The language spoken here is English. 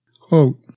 quote